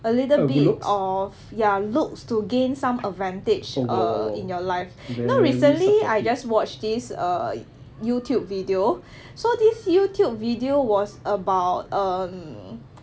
a little bit of ya looks to gain some advantage err in your life no recently I just watch this err youtube video so this youtube video was about um